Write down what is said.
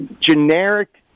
generic